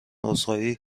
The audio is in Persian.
عذرخواهی